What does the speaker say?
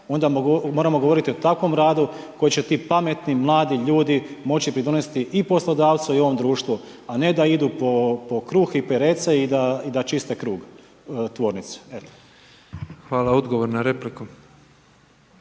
onda moramo govoriti o takvom radu kojim će ti pametni, mladi ljudi moći pridonositi i poslodavcu i ovom društvu a ne da idu po kruh i perece i da čiste krug, tvornicu. **Petrov, Božo